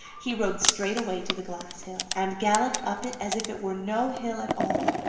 he rode straight away to the glass hill, and galloped up it as if it were no hill at all,